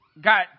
got